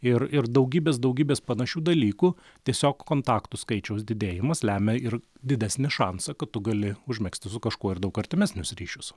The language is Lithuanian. ir ir daugybės daugybės panašių dalykų tiesiog kontaktų skaičiaus didėjimas lemia ir didesnį šansą kad tu gali užmegzti su kažkuo ir daug artimesnius ryšius